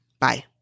Bye